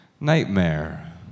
nightmare